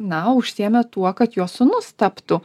na užsiėmė tuo kad jos sūnus taptų